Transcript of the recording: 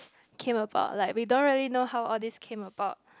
came about like we don't really know how all these came about